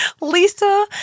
Lisa